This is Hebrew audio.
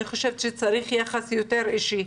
אני חושבת שצריך יחס יותר אישי.